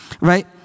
Right